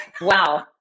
Wow